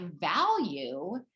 value